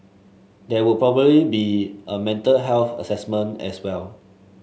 there would probably be a mental health assessment as well